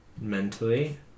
Mentally